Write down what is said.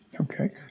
Okay